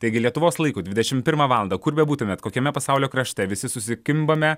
taigi lietuvos laiku dvidešim pirmą valandą kur bebūtumėt kokiame pasaulio krašte visi susikimbame